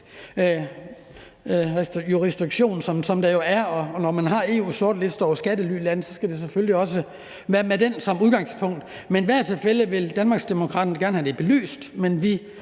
jurisdiktion, som der jo er, og når man har EU's sortliste over skattelylande, skal det selvfølgelig også være med den som udgangspunkt. I hvert tilfælde vil Danmarksdemokraterne gerne have det belyst, men vi